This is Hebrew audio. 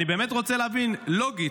אני באמת רוצה להבין לוגית,